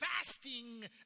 fasting